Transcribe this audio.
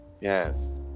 Yes